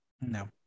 no